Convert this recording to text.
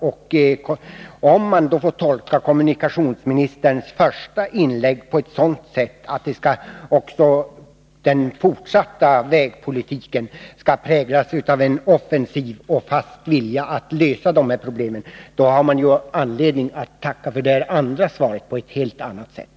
Om man då får tolka kommunikationsministerns första inlägg på sådant sätt att också den fortsatta vägpolitiken skall präglas av en offensiv och fast vilja att lösa de här problemen, finns det anledning att tacka för det andra svaret på ett helt annat sätt.